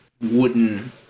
wooden